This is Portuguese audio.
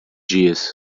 dias